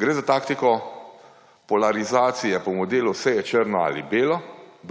Gre za taktiko polarizacije po modelu Vse je črno ali belo,